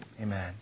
Amen